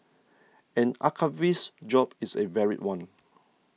an archivist's job is a varied one